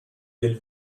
del